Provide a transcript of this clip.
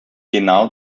genau